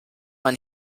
man